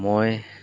মই